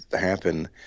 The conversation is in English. happen